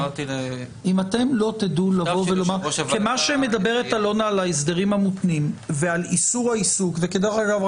מה שמדברת אלונה על ההסדרים המותנים ועל איסור העיסוק ודרך אגב,